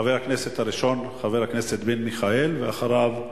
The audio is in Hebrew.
חבר הכנסת הראשון הוא חבר הכנסת מיכאל בן-ארי ואחריו,